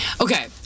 okay